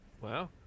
Wow